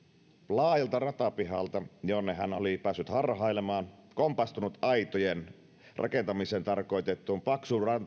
laajalta ratapihalta jonne hän oli päässyt harhailemaan kompastunut aitojen rakentamiseen tarkoitettuun paksuun